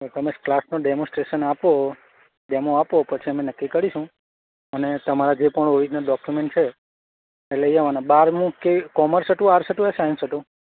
તમે ક્લાસનો ડેમોસ્ટ્રેસન આપો ડેમો આપો પછી અમે નક્કી કરીશું અને તમારા જે પણ ઓરિજનલ ડોક્યુમેન્ટ છે એ લઈ આવાના બારમું કે કોમર્સ હતું આર્ટસ હતું કે સાયન્સ હતું